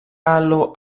άλλο